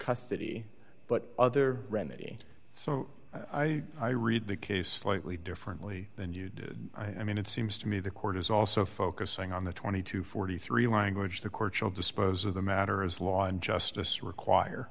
custody but other remedy so i read the case like leigh differently than you do i mean it seems to me the court is also focusing on the twenty to forty three language the courts will dispose of the matter as law and justice require